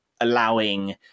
allowing